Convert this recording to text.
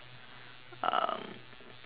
um